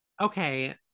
Okay